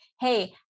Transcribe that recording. Hey